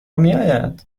میآید